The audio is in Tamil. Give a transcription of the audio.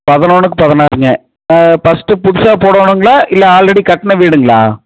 பதினொன்றுக்கு பதினாறுங்க ஃபஸ்ட் புதுசாக போடடணுங்களா இல்லை ஆல்ரெடி கட்டின வீடுங்களா